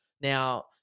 Now